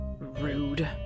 Rude